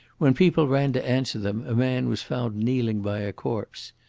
when people ran to answer them, a man was found kneeling by a corpse.